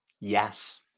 Yes